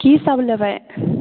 की सभ लबै